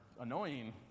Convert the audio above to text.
annoying